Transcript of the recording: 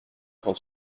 quand